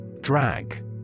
Drag